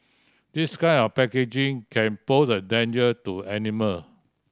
this kind of packaging can pose a danger to animals